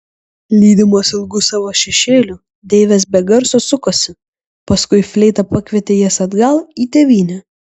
lydimos ilgų savo šešėlių deivės be garso sukosi paskui fleita pakvietė jas atgal į tėvynę